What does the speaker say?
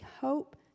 hope